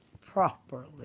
properly